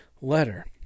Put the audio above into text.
letter